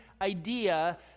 idea